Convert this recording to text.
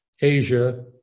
Asia